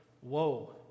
whoa